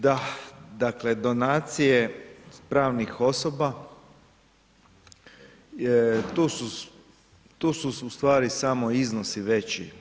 Da, dakle, donacije pravnih osoba, tu su u stvari samo iznosi veći.